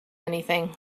anything